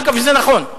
אגב, זה נכון,